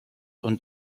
und